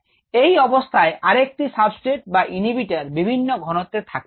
এই অবস্থায় আরেকটি সাবস্ট্রেট বা ইনহিবিটর বিভিন্ন ঘনত্তে থাকতে পারে